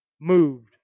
moved